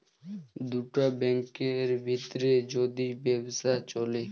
দুটা ব্যাংকের ভিত্রে যদি ব্যবসা চ্যলে